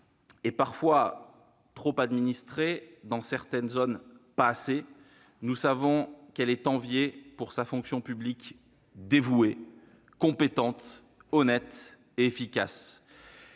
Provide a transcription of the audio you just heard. ne l'est pas assez dans certaines zones, nous savons qu'elle est enviée pour sa fonction publique dévouée, compétente, honnête et efficace.